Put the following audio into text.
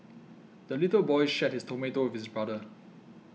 the little boy shared his tomato with his brother